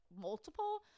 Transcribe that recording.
multiple